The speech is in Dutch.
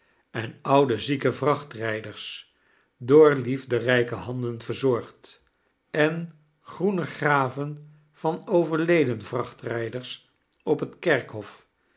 en oude zieke vrachtrijders door liefderijke handen verzorgd en groene graven van overleden vrachtrijders op het kerkhof